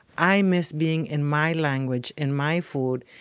i miss being in my language, in my food,